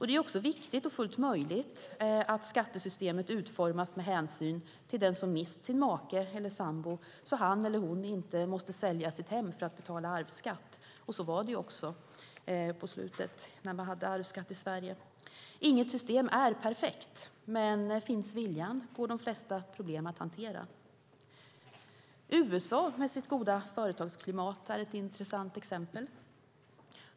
Det är även viktigt och fullt möjligt att skattesystemet utformas med hänsyn till den som mist sin make eller sambo så att han eller hon inte måste sälja sitt hem för att betala arvsskatt. Så var det också på slutet när vi hade arvsskatt i Sverige. Inget system är perfekt, men finns viljan går de flesta problem att hantera. USA med sitt goda företagsklimat är ett intressant exempel.